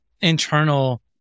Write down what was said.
internal